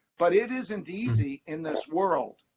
but it isn't easy in this world.